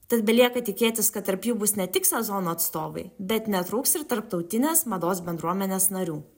tad belieka tikėtis kad tarp jų bus ne tik sezono atstovai bet netrūks ir tarptautinės mados bendruomenės narių